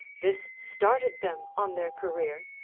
this started them on their career,